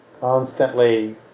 constantly